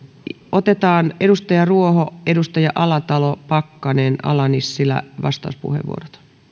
otetaan edustajille ruoho alatalo pakkanen ala nissilä vastauspuheenvuorot